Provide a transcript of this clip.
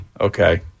Okay